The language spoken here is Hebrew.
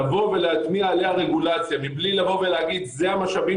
לבוא ולהטמיע עליה רגולציה מבלי לבוא ולהגיד זה המשאבים